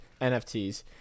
NFTs